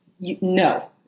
No